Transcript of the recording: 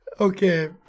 Okay